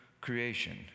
creation